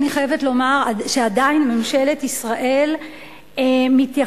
אני חייבת לומר שעדיין ממשלת ישראל מתייחסת